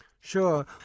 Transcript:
Sure